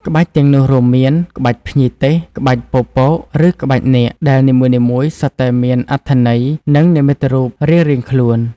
ក្បាច់ទាំងនោះរួមមាន ក្បាច់ភ្ញីទេស ក្បាច់ពពក ឬក្បាច់នាគ ដែលនីមួយៗសុទ្ធតែមានអត្ថន័យ និងនិមិត្តរូបរៀងៗខ្លួន។